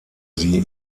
sie